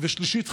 ושלישית,